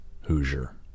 Hoosier